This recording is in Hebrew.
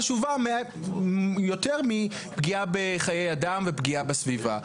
חשובה מה יותר מפגיעה בחיי אדם ופגיעה בסביבה,